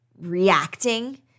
reacting